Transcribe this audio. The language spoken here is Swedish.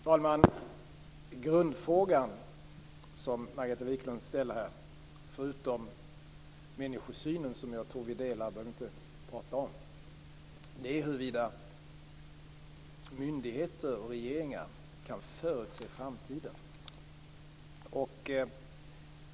Fru talman! Grundfrågan som Margareta Viklund här ställer - förutom detta med människosynen som jag tror vi delar och därför inte behöver prata om - är huruvida myndigheter och regeringar kan förutse framtiden.